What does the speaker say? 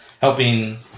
helping